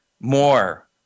more